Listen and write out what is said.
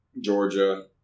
Georgia